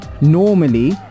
normally